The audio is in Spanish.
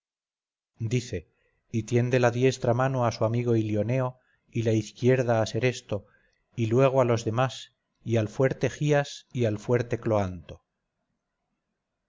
dice y tiende la diestra mano a su amigo ilioneo y la izquierda a seresto y luego a los demás y al fuerte gías y al fuerte cloanto